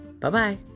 Bye-bye